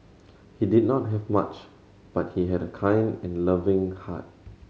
he did not have much but he had a kind and loving heart